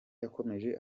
yakomeje